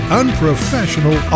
unprofessional